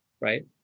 right